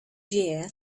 year